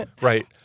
Right